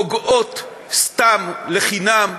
פוגעות סתם, לחינם,